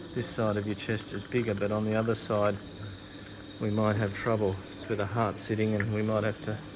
this side of your chest is bigger but on the other side we might have trouble where the heart is sitting and and we might have to